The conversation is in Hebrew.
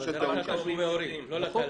אבל זה רק לתשלומי הורים, לא לתל"ן.